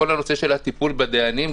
כל הנושא של הטיפול בדיינים,